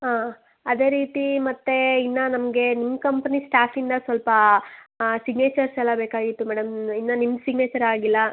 ಹಾಂ ಅದೇ ರೀತಿ ಮತ್ತೆ ಇನ್ನು ನಮಗೆ ನಿಮ್ಮ ಕಂಪ್ನಿ ಸ್ಟಾಫಿಂದ ಸ್ವಲ್ಪಾ ಸಿಗ್ನೇಚರ್ಸ್ ಎಲ್ಲ ಬೇಕಾಗಿತ್ತು ಮೇಡಮ್ ಇನ್ನು ನಿಮ್ಮ ಸಿಗ್ನೇಚರ್ ಆಗಿಲ್ಲ